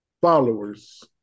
followers